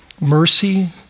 Mercy